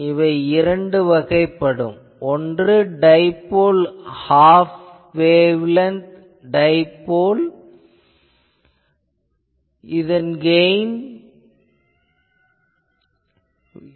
இவை இரண்டு வகைப்படும் ஒன்று டைபோல் - ஹாஃப் வேவ்லெங்க்த் டைபோல் இதன் கெயின் 2